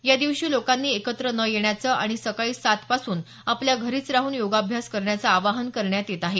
या दिवशी लोकांनी एकत्र न येण्याचं आणि सकाळी सात पासून आपल्या घरीच राहन योगाभ्यास करण्याचं आवाहन करण्यात येत आहे